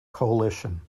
coalition